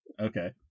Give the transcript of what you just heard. Okay